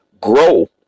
grow